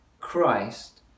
Christ